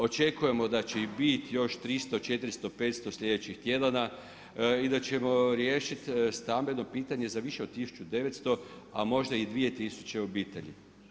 Očekujemo da će ih biti još 300, 400, 500 sljedećih tjedana i da ćemo riješiti stambeno pitanje za više od 1900 a možda i 2000 obitelji.